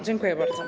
Dziękuję bardzo.